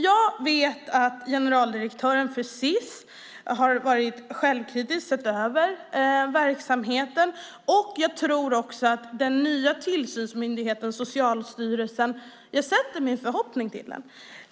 Jag vet att generaldirektören för Sis har varit självkritisk och sett över verksamheten, och jag sätter min förhoppning till den nya tillsynsmyndigheten Socialstyrelsen.